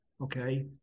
okay